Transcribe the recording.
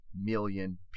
million